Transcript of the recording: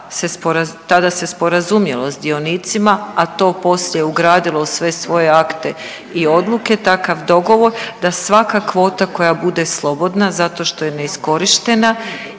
tada se sporazumjelo s dionicima, a to poslije ugradilo u sve svoje akte i odluke takav odgovor da svaka kvota koja bude slobodna zato što je neiskorištena